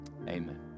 Amen